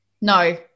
No